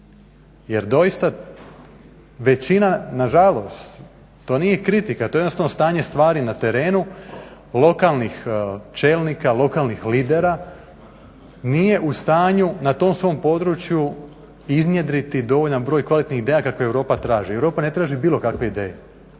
jer doista većina, nažalost, to nije kritika, to je jednostavno stanje stvari na terenu, lokalnih čelnika, lokalnih lidera, nije u stanju na tom svom području iznjedriti dovoljan broj kvalitetnih ideja kakve Europa traži. Europa ne traži bilo kakve ideje.